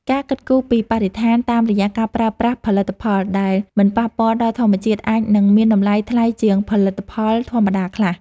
ការគិតគូរពីបរិស្ថានតាមរយៈការប្រើប្រាស់ផលិតផលដែលមិនប៉ះពាល់ដល់ធម្មជាតិអាចនឹងមានតម្លៃថ្លៃជាងផលិតផលធម្មតាខ្លះ។